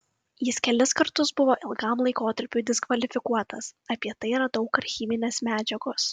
jis kelis kartus buvo ilgam laikotarpiui diskvalifikuotas apie tai yra daug archyvinės medžiagos